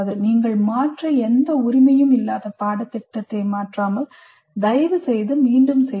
நீங்கள் மாற்ற எந்த உரிமையும் இல்லாத பாடத்திட்டத்தை மாற்றாமல் தயவுசெய்து மீண்டும் செய்யுங்கள்